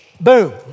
Boom